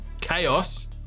chaos